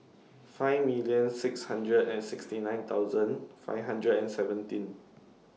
five million six hundred and sixty nine thousand five hundred and seventeen